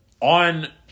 on